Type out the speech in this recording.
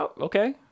Okay